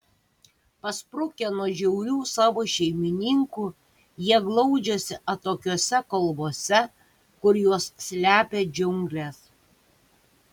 pasprukę nuo žiaurių savo šeimininkų jie glaudžiasi atokiose kalvose kur juos slepia džiunglės